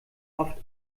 oft